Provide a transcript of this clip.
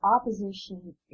opposition